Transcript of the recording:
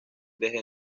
desde